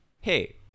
hey